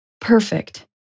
perfect